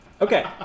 Okay